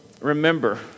remember